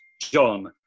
John